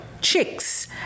chicks